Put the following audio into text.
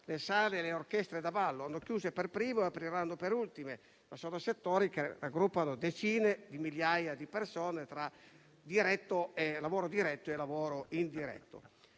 le sale e le orchestre da ballo hanno chiuso per prime e apriranno per ultime, ma sono settori che raggruppano decine di migliaia di persone tra lavoro diretto e lavoro indiretto.